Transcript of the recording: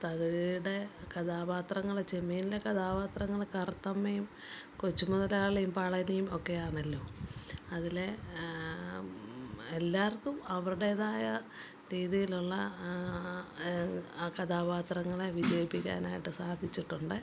തകഴിയുടെ കഥാപാത്രങ്ങള് ചെമ്മീനിലെ കഥാപാത്രങ്ങള് കറുത്തമ്മയും കൊച്ചുമുതലാളിയും പളനിയും ഒക്കെയാണല്ലോ അതിലെ എല്ലാവർക്കും അവരുടെതായ രീതിയിലുള്ള കഥാപാത്രങ്ങളെ വിജയിപ്പിക്കാനായിട്ട് സാധിച്ചിട്ടുണ്ട്